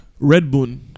Redbone